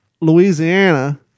Louisiana